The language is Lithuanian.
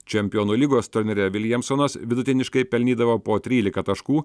čempionų lygos turnyre viljamsonas vidutiniškai pelnydavo po trylika taškų